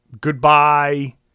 goodbye